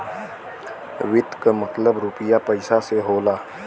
वित्त क मतलब रुपिया पइसा से होला